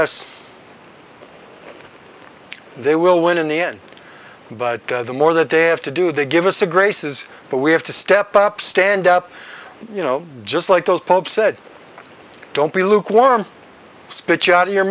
us they will win in the end but the more that they have to do they give us the graces but we have to step up stand up you know just like those pope said don't be lukewarm spit you out of your